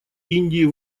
индии